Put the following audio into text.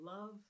love